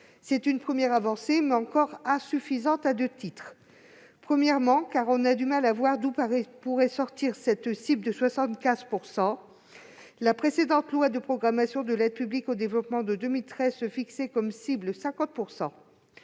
C'est une première avancée, mais celle-ci demeure insuffisante à deux titres. Premièrement, on a du mal à voir d'où pourrait sortir cette cible de 75 %. En 2013, la précédente loi de programmation de l'aide publique au développement avait fixé la cible de